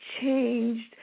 changed